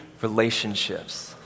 relationships